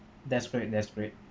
that's great that's great